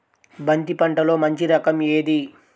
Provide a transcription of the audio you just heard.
బంతి పంటలో మంచి రకం ఏది?